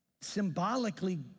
symbolically